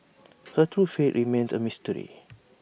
her true fate remains A mystery